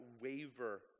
waver